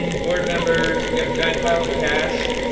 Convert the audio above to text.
and board members, we have a giant pile of cash.